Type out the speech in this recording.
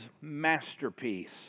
masterpiece